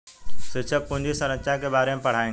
शिक्षक पूंजी संरचना के बारे में पढ़ाएंगे